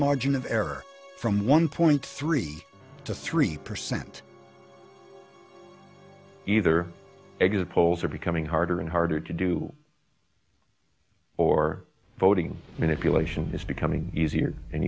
margin of error from one point three to three percent either exit polls are becoming harder and harder to do or voting manipulation is becoming easier and